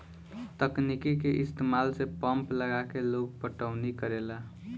तकनीक के इस्तमाल से पंप लगा के लोग पटौनी करेला